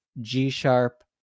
G-sharp